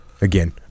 again